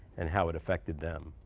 and how it affected them.